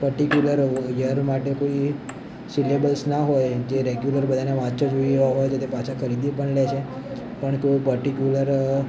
પર્ટીકયુલરયર માટે કોઈ સિલેબસનાં હોય જે રેગ્યુલર બધાને વાંચવું જોઈએ હોય એ પાછા ખરીદી પણ લે છે પણ તોય પર્ટીકયુલર